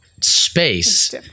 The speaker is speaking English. space